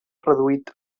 reduït